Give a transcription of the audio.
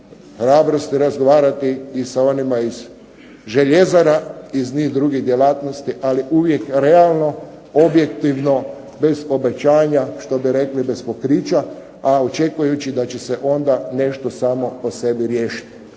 hrabrosti razgovarati i sa onima iz željezara iz niz drugih djelatnosti, ali uvijek realno, objektivno bez obećanja, što bi rekli bez pokrića, a očekujući da će se nešto onda samo po sebi riješiti.